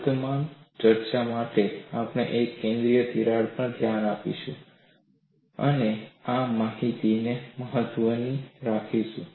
વર્તમાન ચર્ચા માટે આપણે એક કેન્દ્રીય તિરાડ પર ધ્યાન આપીશું અને આ માહિતીને મહત્વની રાખશું